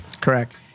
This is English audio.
Correct